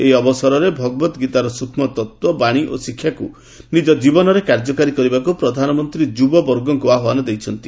ଏହି ଅବସରରେ ଭଗବତ ଗୀତାର ସ୍କକ୍ଷ୍ମ ତତ୍ତ୍ୱ ବାଣୀ ଓ ଶିକ୍ଷାକୁ ନିଜ ଜୀବନରେ କାର୍ଯ୍ୟକାରୀ କରିବାକୁ ପ୍ରଧାନମନ୍ତ୍ରୀ ଯୁବବର୍ଗଙ୍କୁ ଆହ୍ବାନ ଦେଇଛନ୍ତି